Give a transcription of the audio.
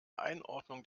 einordnung